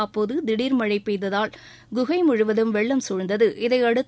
அப்போது திடர் மழை பெய்ததால் குகை முழுவதும் வெள்ளம் சூழ்ந்தது இதையடுத்து